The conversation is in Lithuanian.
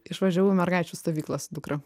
išvažiavau į mergaičių stovyklą su dukra